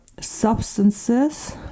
substances